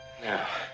Now